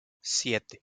siete